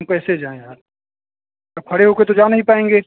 हम कैसे जाएँ यार अब खड़े होके तो जा नहीं पाएँगे